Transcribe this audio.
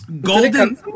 Golden